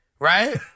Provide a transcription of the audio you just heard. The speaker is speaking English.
Right